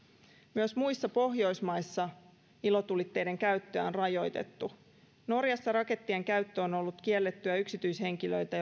myös muissa pohjoismaissa ilotulitteiden käyttöä on rajoitettu norjassa rakettien käyttö on on ollut kiellettyä yksityishenkilöiltä